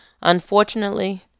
Unfortunately